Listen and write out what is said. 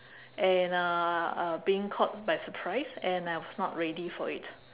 and uh uh being caught by surprise and I was not ready for it